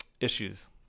issues